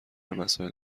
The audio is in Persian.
مسائل